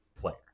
player